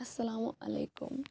اَسَلامُ علیکُم